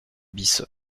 bis